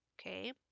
Okay